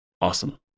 awesome